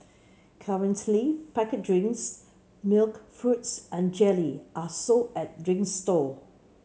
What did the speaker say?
currently packet drinks milk fruits and jelly are sold at drinks stall